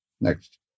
Next